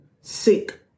seek